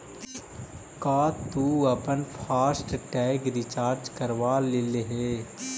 का तु अपन फास्ट टैग रिचार्ज करवा लेले हे?